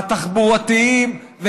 התחבורתיים,